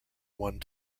one